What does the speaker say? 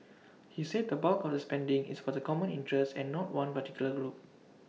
he said the bulk of the spending is for the common interest and not one particular group